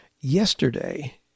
yesterday